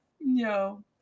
No